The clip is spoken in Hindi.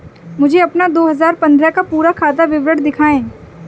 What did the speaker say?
मुझे अपना दो हजार पन्द्रह का पूरा खाता विवरण दिखाएँ?